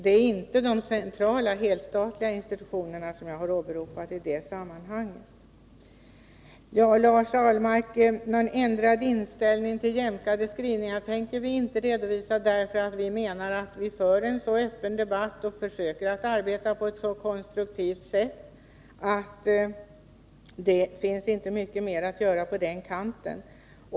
Det är inte de centrala helstatliga institutionerna som jag har åberopat i det sammanhanget. Så några ord till Lars Ahlmark: Någon ändrad inställning till jämkade skrivningar tänker vi inte redovisa. Vi menar att vi för en så öppen debatt och försöker arbeta på ett så konstruktivt sätt att det inte finns mycket mer att göra på den kanten.